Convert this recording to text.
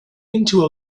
into